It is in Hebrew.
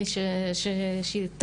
ולפעמים גם לתוצאות חיפוש.